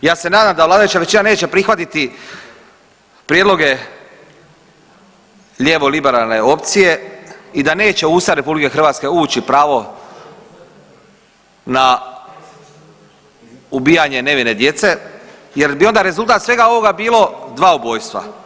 Ja se nadam da vladajuća većina neće prihvatiti prijedloge lijevo liberalne opcije i da neće u Ustav RH ući pravo na ubijanje nevine djece jer bi onda rezultat svega ovoga bilo dva ubojstva.